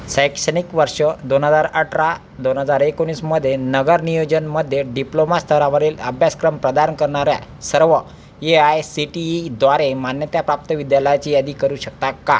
शैक्षणिक वर्ष दोन हजार अठरा दोन हजार एकोणीसमध्ये नगर नियोजनमध्ये डिप्लोमा स्तरावरील अभ्यासक्रम प्रदान करणाऱ्या सर्व ए आय सी टी ईद्वारे मान्यताप्राप्त विद्यालयाची यादी करू शकता का